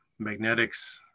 magnetics